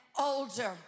older